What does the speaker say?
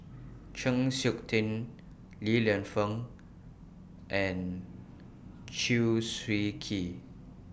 Chng Seok Tin Li Lienfung and Chew Swee Kee